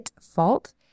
fault